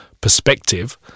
perspective